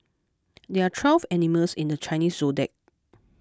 there are twelve animals in the Chinese zodiac